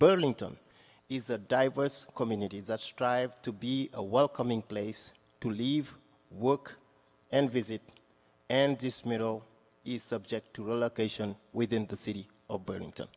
burlington is a diverse community that strive to be a welcoming place to leave work and visit and this middle east subject to a location within the city or burning to